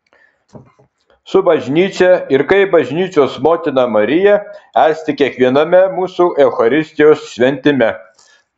su bažnyčia ir kaip bažnyčios motina marija esti kiekviename mūsų eucharistijos šventime